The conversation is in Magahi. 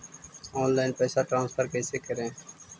ऑनलाइन पैसा ट्रांसफर कैसे करे?